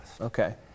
okay